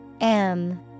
-m